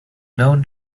known